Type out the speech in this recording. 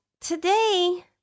today